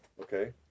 Okay